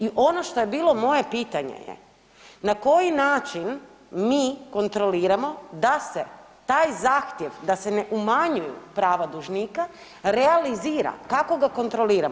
I ono što je bilo moje pitanje je na koji način mi kontroliramo da se taj zahtjev da se ne umanjuju prava dužnika realizira, kako ga kontroliramo?